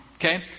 Okay